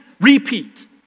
Repeat